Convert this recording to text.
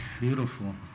Beautiful